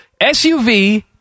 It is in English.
SUV